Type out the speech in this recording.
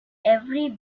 every